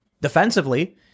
defensively